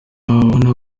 ababona